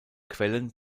quellen